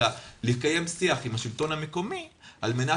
אלא לקיים שיח עם השלטון המקומי על מנת